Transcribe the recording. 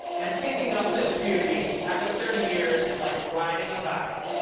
and picking up this beauty after thirty years is like riding a bike.